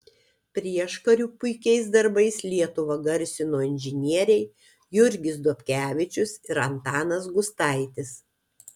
prieškariu puikiais darbais lietuvą garsino inžinieriai jurgis dobkevičius ir antanas gustaitis